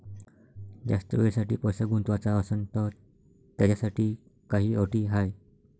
जास्त वेळेसाठी पैसा गुंतवाचा असनं त त्याच्यासाठी काही अटी हाय?